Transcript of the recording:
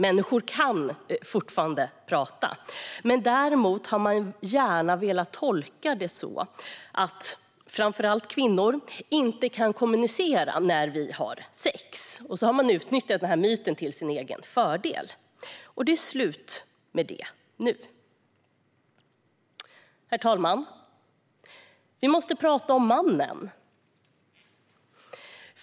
Människor kan fortfarande prata. Däremot har man gärna velat tolka det som att framför allt kvinnor inte kan kommunicera när vi har sex. Den myten har man utnyttjat till sin egen fördel. Det är slut med det nu. Herr talman! Vi måste prata om mannen.